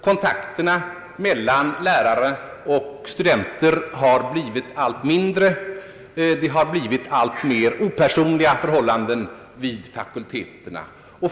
Kontakten mellan lärare och studenter har blivit allt mindre. Förhållandena vid fakulteterna har blivit alltmer opersonliga.